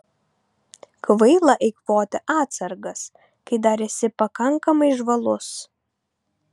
kvaila eikvoti atsargas kai dar esi pakankamai žvalus